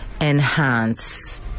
enhance